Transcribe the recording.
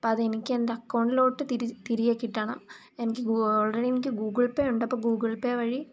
അപ്പോൾ അതെനിക്ക് എൻ്റെ അക്കൗണ്ടിലോട്ട് തിരിച്ച് തിരികെ കിട്ടണം എനിക്ക് ആൾറെഡി എനിക്ക് ഗൂഗിൾ പേ ഉണ്ട് അപ്പോൾ ഗൂഗിൾ പേ വഴി